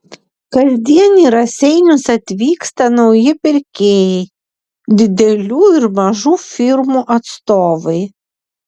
kasdien į raseinius atvyksta nauji pirkėjai didelių ir mažų firmų atstovai